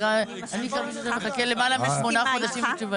אני מכירה מישהו שמחכה למעלה משמונה חודשים לתשובה.